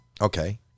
okay